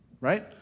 right